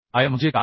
iम्हणजे काय